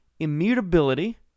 immutability